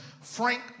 Frank